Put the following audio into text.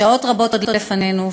שעות רבות עוד לפנינו.